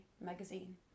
magazine